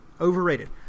Overrated